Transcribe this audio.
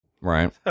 Right